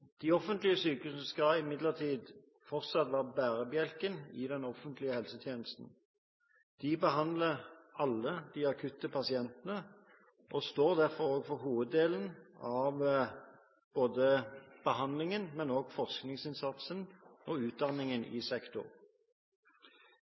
De offentlige sykehusene skal imidlertid fortsatt være bærebjelken i den offentlige helsetjenesten. De behandler alle de akutte pasientene og står derfor også for hoveddelen av ikke bare behandlingen, men også forskningsinnsatsen og utdanningen i